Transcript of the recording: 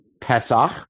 Pesach